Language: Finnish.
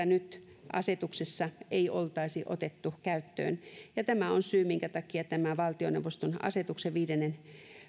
nyt asetuksessa ei oltaisi otettu käyttöön ja tämä on syy minkä takia tämän valtioneuvoston asetuksen viidennen